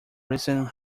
recent